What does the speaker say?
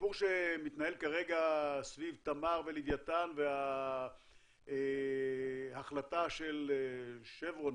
הסיפור שמתנהל כרגע סביב תמר ולווייתן וההחלטה של 'שברון',